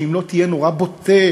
שאם לא תהיה נורא בוטה,